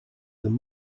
them